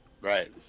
Right